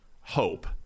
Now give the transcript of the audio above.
hope